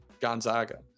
Gonzaga